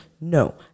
No